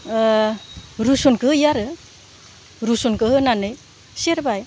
रुसुनखौ होयो आरो रुसुनखौ होनानै सेरबाय